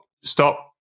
stop